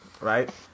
right